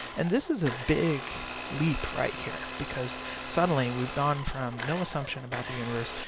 and this is a big leap right here, because sudeenly we've gone from no assumption about the universe,